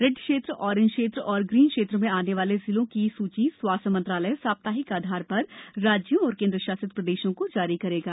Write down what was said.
red क्षेत्र orange क्षेत्र और ग्रीन क्षेत्र में आने वाले जिलों की सूची स्वास्थ्य मंत्रालय साप्ताहिक आधार पर राज्यों और केंद्र शासित प्रदेशों को जारी करेगा